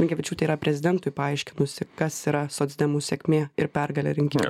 blinkevičiūtė yra prezidentui paaiškinusi kas yra socdemų sėkmė ir pergalė rinkimuo